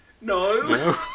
No